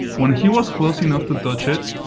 when he was close enough to touch it,